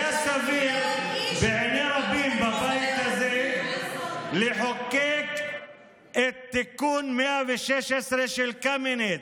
היה סביר בעיני רבים בבית הזה לחוקק את תיקון 116 של קמיניץ,